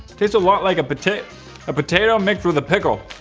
tastes a lot like a potato a potato mix with a pickle.